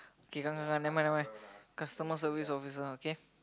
K come come come never mind never mind customer service officer okay